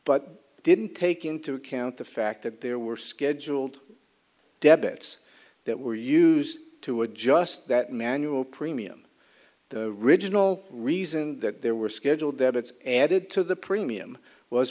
but didn't take into account the fact that there were scheduled debits that were used to adjust that manual premium the original reason that there were scheduled debits added to the premium was